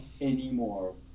anymore